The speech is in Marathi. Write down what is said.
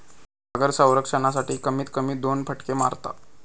मगर संरक्षणासाठी, कमीत कमी दोन फटके मारता